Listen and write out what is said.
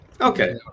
okay